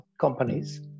companies